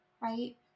right